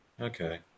Okay